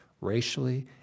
racially